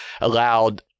allowed